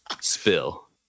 Spill